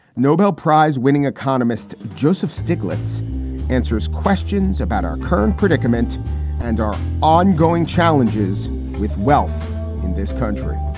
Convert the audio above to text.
nobel prize winning economist joseph stiglitz answers questions about our current predicament and our ongoing challenges with wealth in this country